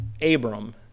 Abram